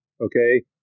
okay